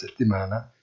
Settimana